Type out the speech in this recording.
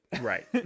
Right